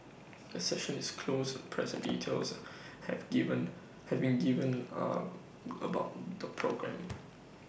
the session is closed press details have given have been given about the programme